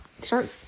start